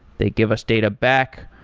they give us data back.